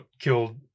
killed